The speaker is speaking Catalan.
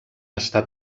està